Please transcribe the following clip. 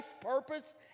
purpose